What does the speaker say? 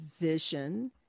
vision